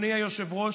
אדוני היושב-ראש,